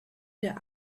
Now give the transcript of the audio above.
der